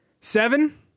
Seven